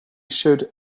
showed